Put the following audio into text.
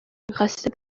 میخواسته